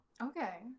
Okay